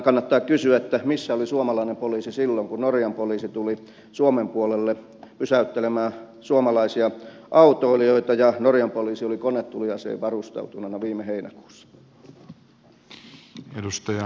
kannattaa kysyä missä oli suomalainen poliisi silloin kun norjan poliisi tuli suomen puolelle pysäyttelemään suomalaisia autoilijoita ja oli konetuliasein varustautuneena viime heinäkuussa